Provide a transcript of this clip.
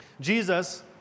Jesus